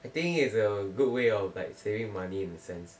I think it's a good way of like saving money in a sense